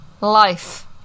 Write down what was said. Life